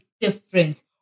different